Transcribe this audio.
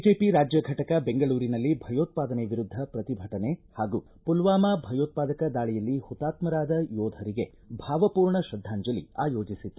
BJP ರಾಜ್ಯ ಘಟಕ ಬೆಂಗಳೂರಿನಲ್ಲಿ ಭಯೋತ್ವಾದನೆ ವಿರುದ್ಧ ಪ್ರತಿಭಟನೆ ಹಾಗೂ ಪುಲ್ವಾಮಾ ಭಯೋತ್ಪಾದಕ ದಾಳಿಯಲ್ಲಿ ಹುತಾತ್ಮರಾದ ಯೋಧರಿಗೆ ಭಾವಪೂರ್ಣ ಶ್ರದ್ಧಾಂಜಲಿ ಆಯೋಜಿಸಿತ್ತು